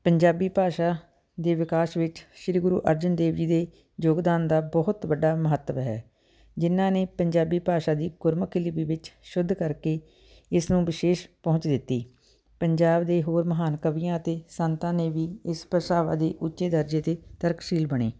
ਪੰਜਾਬੀ ਭਾਸ਼ਾ ਦੇ ਵਿਕਾਸ ਵਿੱਚ ਸ਼੍ਰੀ ਗੁਰੂ ਅਰਜਨ ਦੇਵ ਜੀ ਦੇ ਯੋਗਦਾਨ ਦਾ ਬਹੁਤ ਵੱਡਾ ਮਹੱਤਵ ਹੈ ਜਿਨ੍ਹਾਂ ਨੇ ਪੰਜਾਬੀ ਭਾਸ਼ਾ ਦੀ ਗੁਰਮੁਖੀ ਲਿਪੀ ਵਿੱਚ ਸ਼ੁੱਧ ਕਰਕੇ ਇਸ ਨੂੰ ਵਿਸ਼ੇਸ਼ ਪਹੁੰਚ ਦਿੱਤੀ ਪੰਜਾਬ ਦੇ ਹੋਰ ਮਹਾਨ ਕਵੀਆਂ ਅਤੇ ਸੰਤਾਂ ਨੇ ਵੀ ਇਸ ਭਾਸ਼ਾਵਾਂ ਦੀ ਉੱਚੇ ਦਰਜੇ ਦੀ ਤਰਕਸ਼ੀਲ ਬਣੇ